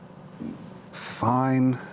fine.